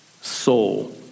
soul